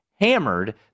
Hammered